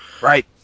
Right